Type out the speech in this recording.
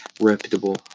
reputable